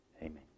Amen